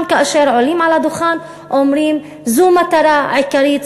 שעולים על הדוכן אומרים: זו מטרה עיקרית,